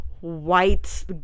white